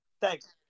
Thanks